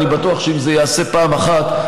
אני בטוח שאם זה ייעשה פעם אחת,